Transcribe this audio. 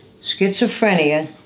Schizophrenia